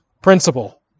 principle